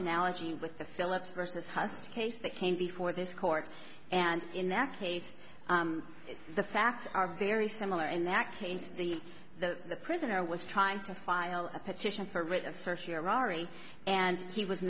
analogy with the phillips versus haas case that came before this court and in that case the facts are very similar in that case the the the prisoner was trying to file a petition for writ of certiorari and he was